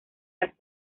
las